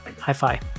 Hi-fi